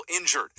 injured